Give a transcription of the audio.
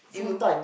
you